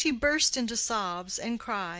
she burst into sobs and cries.